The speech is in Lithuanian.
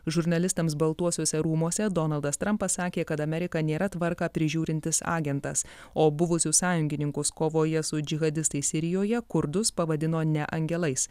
žurnalistams baltuosiuose rūmuose donaldas trampas sakė kad amerika nėra tvarką prižiūrintis agentas o buvusius sąjungininkus kovoje su džihadistais sirijoje kurdus pavadino ne angelais